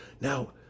now